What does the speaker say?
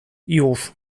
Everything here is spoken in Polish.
już